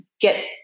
get